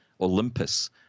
Olympus